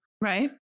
Right